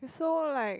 you're so like